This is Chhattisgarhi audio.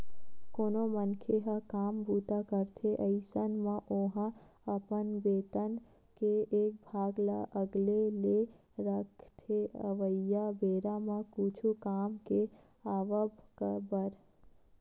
कोनो मनखे ह काम बूता करथे अइसन म ओहा अपन बेतन के एक भाग ल अलगे ले रखथे अवइया बेरा म कुछु काम के आवब बर